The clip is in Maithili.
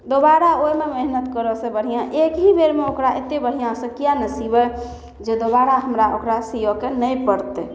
दोबारा ओहिमे मेहनति करऽसे बढ़िआँ एकहि बेरमे ओकरा एतेक बढ़िआँसे किएक नहि सिबै जे दोबारा हमरा ओकरा सिअऽके नहि पड़तै